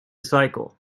cycle